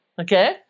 okay